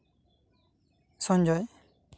Sanjay